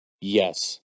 Yes